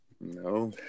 No